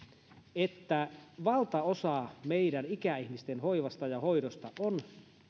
että valtaosa meidän ikäihmisten hoivasta ja hoidosta suomessa on